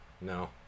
No